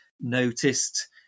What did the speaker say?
noticed